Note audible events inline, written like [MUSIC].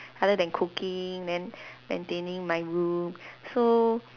other than cooking then [BREATH] maintaining my room so